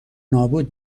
نابود